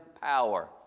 power